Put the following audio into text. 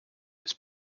its